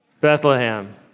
Bethlehem